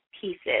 Pieces